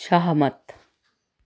सहमत